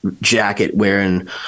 jacket-wearing